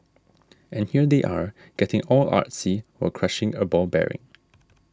and here they are getting all artsy while crushing a ball bearing